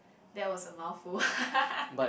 that was a mouthful